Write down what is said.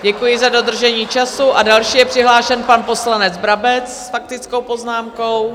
Děkuji za dodržení času a další je přihlášen pan poslanec Brabec s faktickou poznámkou.